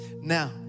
Now